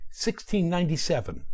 1697